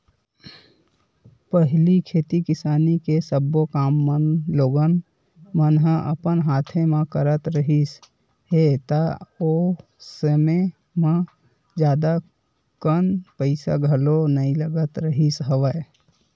पहिली खेती किसानी के सब्बो काम मन लोगन मन ह अपन हाथे म करत रिहिस हे ता ओ समे म जादा कन पइसा घलो नइ लगत रिहिस हवय